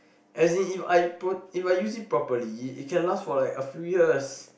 as in if I pro~ if I use it properly it can last for like a few years